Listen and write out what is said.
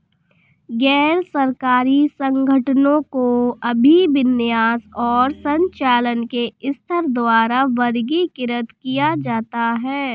गैर सरकारी संगठनों को अभिविन्यास और संचालन के स्तर द्वारा वर्गीकृत किया जाता है